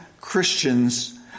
Christians